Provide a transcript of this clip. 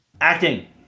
Acting